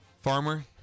farmer